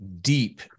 deep